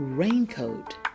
Raincoat